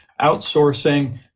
outsourcing